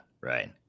right